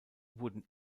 wurde